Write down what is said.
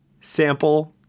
sample